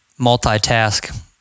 multitask